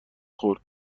خورد